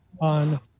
on